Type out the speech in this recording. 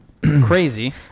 Crazy